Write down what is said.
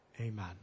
amen